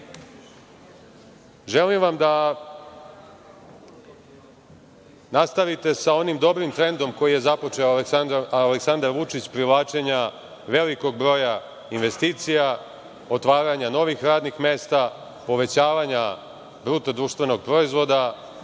vam da nastavite sa onim dobrim trendom, koji je započeo Aleksandar Vučić, privlačenja velikog broja investicija, otvaranja novih radnih mesta, povećavanja BDP, smanjivanje